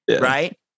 right